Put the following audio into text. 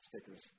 stickers